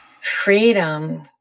Freedom